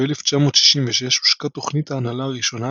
ב-1966 הושקה תוכנית ההנהלה הראשונה,